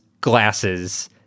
glasses